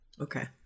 okay